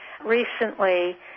recently